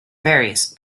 varies